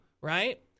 right